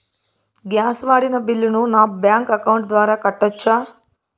Gas వాడిన బిల్లును నా బ్యాంకు అకౌంట్ ద్వారా కట్టొచ్చా?